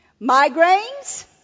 migraines